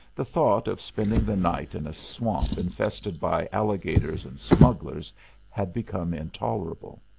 the thought of spending the night in a swamp infested by alligators and smugglers had become intolerable.